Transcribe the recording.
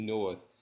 North